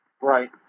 Right